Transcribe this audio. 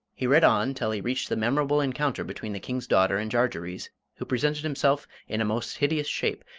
he read on till he reached the memorable encounter between the king's daughter and jarjarees, who presented himself in a most hideous shape,